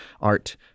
art